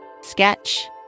sketch